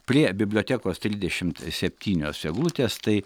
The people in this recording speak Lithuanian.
prie bibliotekos trisdešimt septynios eglutės tai